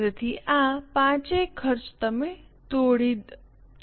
તેથી આ પાંચેય ખર્ચ તમે છોડી દેશો